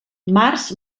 març